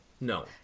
No